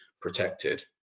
protected